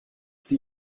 sie